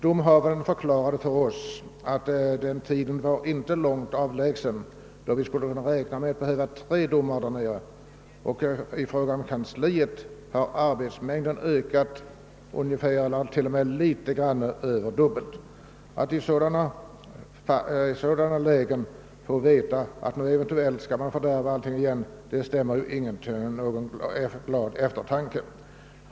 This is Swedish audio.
Domhavanden förklarade för oss att den tid inte skulle vara långt avlägsen när vi skulle behöva ha tre domare. För kansliet har arbetsbördan t.o.m. ökat till något över det dubbla. Att i ett sådant läge få veta att organisationen eventuellt skall läggas ned stämmer en inte till glada tankar.